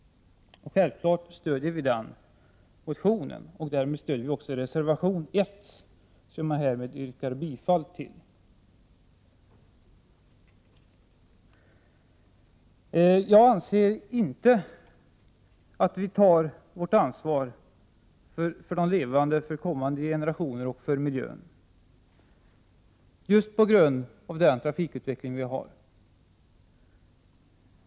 Självfallet stöder vi den motionen och därmed reservation 1, som jag härmed yrkar bifall till. Jag anser inte att vi tar vårt ansvar för de nu levande, för kommande generationer eller för miljön, just på grund av denna trafikutveckling.